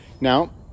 Now